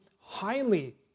highly